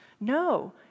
No